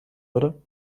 würde